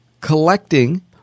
collecting